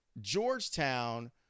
Georgetown